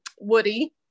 woody